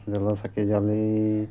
কেৰাচিন তেলৰ চাকি জ্বলি